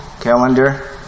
calendar